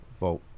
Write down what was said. Vote